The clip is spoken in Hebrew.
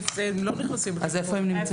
הם לא נכנסים --- אז איפה הם נמצאים?